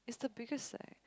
it's the biggest eh